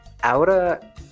Ahora